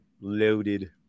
loaded